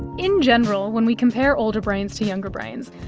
in general, when we compare older brains to younger brains,